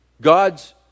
God's